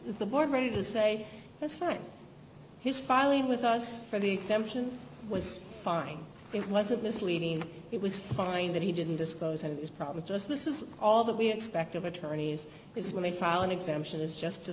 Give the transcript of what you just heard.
is the board ready to say yes for his filing with us for the exemption was fine it wasn't misleading it was fine that he didn't disclose and it's probably just this is all that we expect of attorneys is when they file an exemption is just to